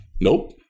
nope